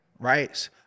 right